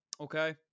okay